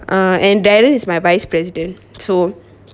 err and darren is my vice president so